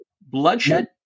bloodshed